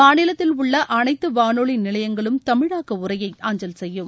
மாநிலத்தில் உள்ள அனைத்து வானொலி நிலையங்களும் தமிழாக்க உரையை அஞ்சல் செய்யும்